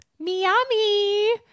Miami